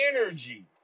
energy